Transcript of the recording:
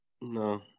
No